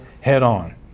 head-on